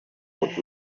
would